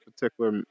particular